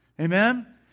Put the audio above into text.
Amen